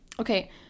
okay